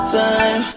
time